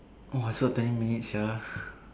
!wah! still twenty minutes sia